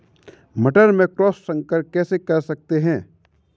मटर में क्रॉस संकर कैसे कर सकते हैं?